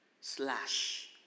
slash